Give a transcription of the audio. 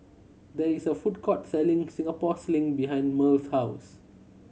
there is a food court selling Singapore Sling behind Merle's house